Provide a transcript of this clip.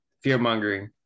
fear-mongering